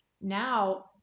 now